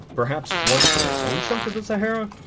perhaps want their own chunk of the sahara?